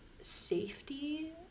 safety